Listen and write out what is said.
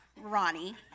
Ronnie